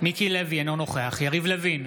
מיקי לוי, אינו נוכח יריב לוין,